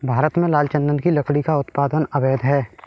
भारत में लाल चंदन की लकड़ी का उत्पादन अवैध है